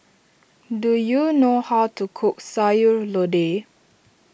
do you know how to cook Sayur Lodeh